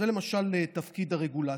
זה למשל תפקיד הרגולטור.